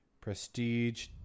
prestige